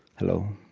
hello.